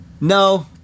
No